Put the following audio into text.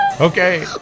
Okay